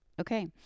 Okay